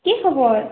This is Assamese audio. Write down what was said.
কি খবৰ